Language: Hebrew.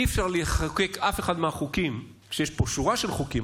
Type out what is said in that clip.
אי-אפשר לחוקק אף אחד מהחוקים ־ ויש פה שורה של חוקים,